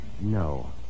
No